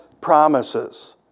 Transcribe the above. promises